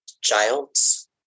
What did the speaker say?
childs